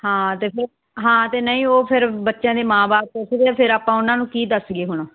ਹਾਂ ਅਤੇ ਫਿਰ ਹਾਂ ਅਤੇ ਨਹੀਂ ਉਹ ਫਿਰ ਬੱਚਿਆਂ ਦੀ ਮਾਂ ਬਾਪ ਪੁੱਛਦੇ ਫਿਰ ਆਪਾਂ ਉਹਨਾਂ ਨੂੰ ਕੀ ਦੱਸੀਏ ਹੁਣ